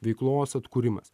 veiklos atkūrimas